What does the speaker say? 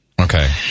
Okay